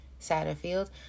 Satterfield